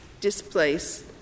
displace